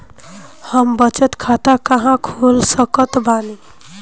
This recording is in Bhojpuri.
हम बचत खाता कहां खोल सकत बानी?